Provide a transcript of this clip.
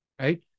right